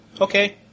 Okay